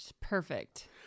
Perfect